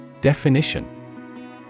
Definition